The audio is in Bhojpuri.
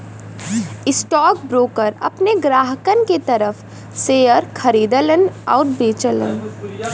स्टॉकब्रोकर अपने ग्राहकन के तरफ शेयर खरीदलन आउर बेचलन